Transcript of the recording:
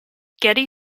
getty